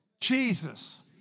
Jesus